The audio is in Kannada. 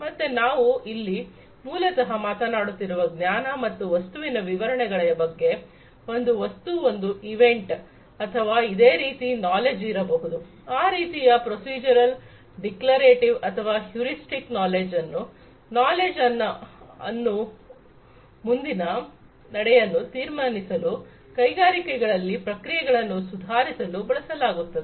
ಮತ್ತೆ ನಾವು ಇಲ್ಲಿ ಮೂಲತಹ ಮಾತನಾಡುತ್ತಿರುವ ಜ್ಞಾನ ಒಂದು ವಸ್ತುವಿನ ವಿವರಣೆಯ ಬಗ್ಗೆ ಒಂದು ವಸ್ತು ಒಂದು ಇವೆಂಟ್ ಅಥವಾ ಅದೇ ರೀತಿಯ ನಾಲೆಡ್ಜ್ ಇರಬಹುದು ಆ ರೀತಿಯ ಪ್ರೊಸೀಜರ್ ಡಿಕ್ಲರೇಷನ್ ಅಥವಾ ಹ್ಯುರಿಸ್ಟಿಕ್ ನಾಲೆಡ್ಜ್ ಅನ್ನು ನಾಲೆಡ್ಜ್ ಅನ್ನುಮುಂದಿನ ನಡೆಯನ್ನು ತೀರ್ಮಾನಿಸಲು ಕೈಗಾರಿಕೆಗಳಲ್ಲಿ ಪ್ರಕ್ರಿಯೆಗಳನ್ನು ಸುಧಾರಿಸಲು ಬಳಸಲಾಗುತ್ತದೆ